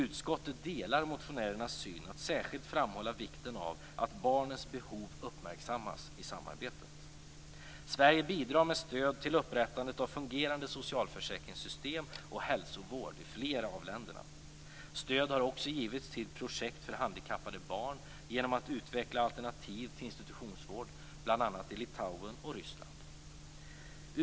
Utskottet delar motionärernas syn att särskilt framhålla vikten av att barnens behov uppmärksammas i samarbetet. Sverige bidrar med stöd till upprättandet av fungerande socialförsäkringssystem och hälsovård i flera av länderna. Stöd har också givits till projekt för handikappade barn genom att utveckla alternativ till institutionsvård bl.a. i Litauen och Ryssland.